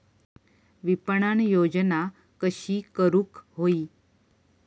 विपणन योजना कशी करुक होई?